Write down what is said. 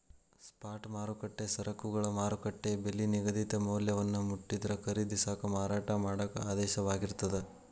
spot ಮಾರುಕಟ್ಟೆ ಸರಕುಗಳ ಮಾರುಕಟ್ಟೆ ಬೆಲಿ ನಿಗದಿತ ಮೌಲ್ಯವನ್ನ ಮುಟ್ಟಿದ್ರ ಖರೇದಿಸಾಕ ಮಾರಾಟ ಮಾಡಾಕ ಆದೇಶವಾಗಿರ್ತದ